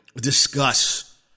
discuss